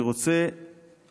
אני רוצה